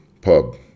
pub